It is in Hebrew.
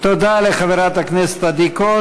תודה לחברת הכנסת עדי קול.